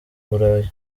burayi